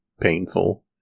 painful